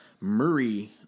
Murray